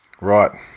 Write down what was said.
Right